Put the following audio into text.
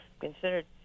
Considered